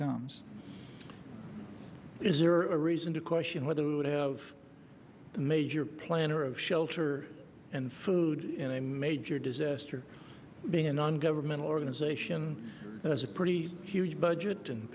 comes is there are reason to question whether we would have a major plan or of shelter and food in a major disaster being a non governmental organization that has a pretty huge budget and